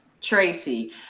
Tracy